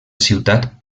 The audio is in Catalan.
ciutat